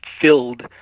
filled